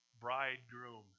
bridegroom